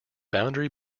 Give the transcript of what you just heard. boundary